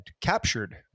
captured